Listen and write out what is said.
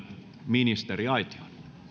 ministeriaitioon